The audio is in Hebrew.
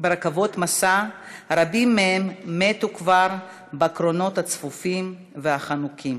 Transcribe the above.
רבים מהם מתו כבר בקרונות הצפופים והחנוקים.